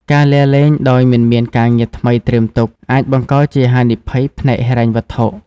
ការលាលែងដោយមិនមានការងារថ្មីត្រៀមទុក អាចបង្កជាហានិភ័យផ្នែកហិរញ្ញវត្ថុ។